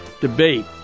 debate